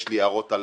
יש לי הערות על